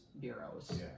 bureaus